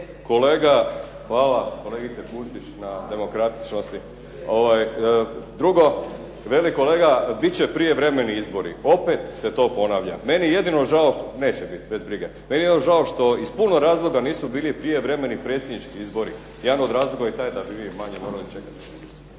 Hvala, kolegice Pusić na demokratičnosti. Drugo, veli kolega bit će prijevremeni izbori. Opet se to ponavlja. Meni je jedino žao, neće bit bez brige, meni je jedino žao što iz puno razloga nisu bili prijevremeni predsjednički izbori. Jedan od razloga je i taj da bi vi manje morali čekati.